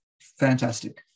fantastic